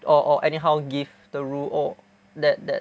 or or anyhow give the rule oh that that